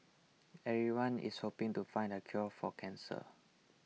everyone is hoping to find the cure for cancer